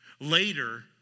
Later